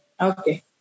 Okay